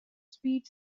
sweet